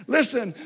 Listen